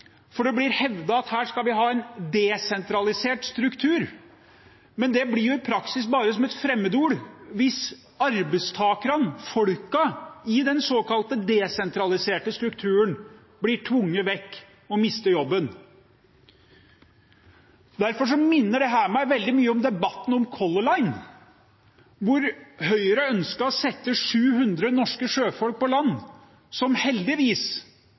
for det blir hevdet at vi skal ha en desentralisert struktur. Men det blir i praksis bare et fremmedord hvis arbeidstakerne, folka i den såkalt desentraliserte strukturen, blir tvunget vekk og mister jobben. Derfor minner dette meg veldig mye om debatten om Color Line, hvor Høyre ønsket å sette 700 norske sjøfolk på land, noe som heldigvis